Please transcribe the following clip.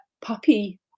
puppy